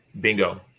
Bingo